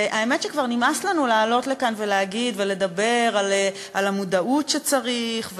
והאמת שכבר נמאס לנו לעלות לכאן ולהגיד ולדבר על המודעות שצריך,